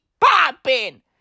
popping